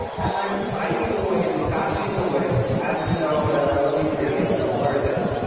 and i'm banging away and bashing away. and you know let me see where is it?